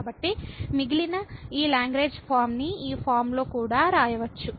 కాబట్టి మిగిలిన ఈ లాగ్రేంజ్ ఫార్మ నీ ఈ ఫార్మ లో కూడా వ్రాయవచ్చు